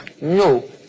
No